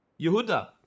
Yehuda